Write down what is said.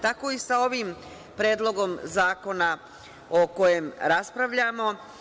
Tako i sa ovim Predlogom zakona o kojem raspravljamo.